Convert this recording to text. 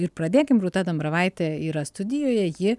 ir pradėkim rūta dambravaitė yra studijoje ji